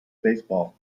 basketball